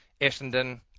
Essendon